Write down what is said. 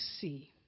see